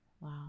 Wow